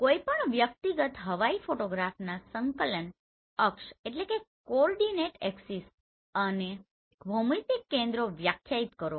કોઈપણ વ્યક્તિગત હવાઈ ફોટોગ્રાફના સંકલન અક્ષ અને ભૌમિતિક કેન્દ્રો વ્યાખ્યાયિત કરો